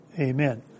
Amen